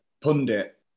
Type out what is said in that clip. pundit